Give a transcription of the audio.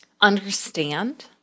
understand